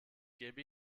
gebe